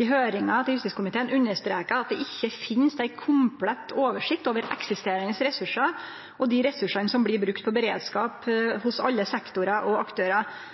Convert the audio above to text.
i høyringa til justiskomiteen understrekar at det ikkje finst ei komplett oversikt over eksisterande ressursar og dei ressursane som blir bruka på beredskap hos alle sektorar og aktørar.